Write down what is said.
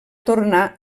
tornar